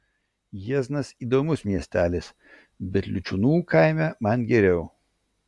jieznas įdomus miestelis bet liučiūnų kaime man geriau